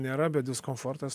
nėra bet diskomfortas